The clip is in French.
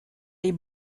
les